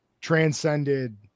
transcended